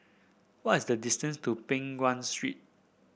what is the distance to Peng Nguan Street